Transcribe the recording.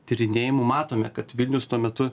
tyrinėjimų matome kad vilnius tuo metu